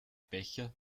becher